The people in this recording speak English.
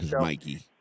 Mikey